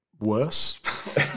Worse